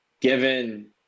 given